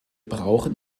brauchen